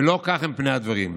ולא כך הם פני הדברים.